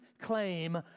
claim